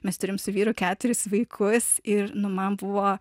mes turim su vyru keturis vaikus ir nu man buvo